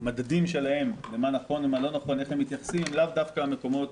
והמדדים שלהם מה נכון ומה לא נכון הם לאו דווקא מקורות